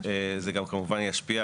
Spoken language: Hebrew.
זה כמובן ישפיע